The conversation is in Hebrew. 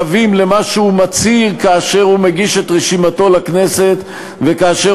שווים למה שהוא מצהיר כאשר הוא מגיש את רשימתו לכנסת וכאשר